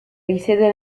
risiede